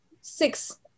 six